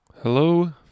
Hello